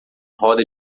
roda